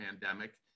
pandemic